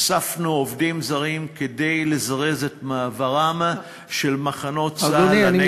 הוספנו עובדים זרים כדי לזרז את מעברם של מחנות צה"ל לנגב,